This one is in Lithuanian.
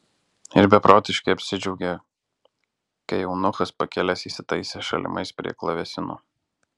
ir beprotiškai apsidžiaugė kai eunuchas pakilęs įsitaisė šalimais prie klavesino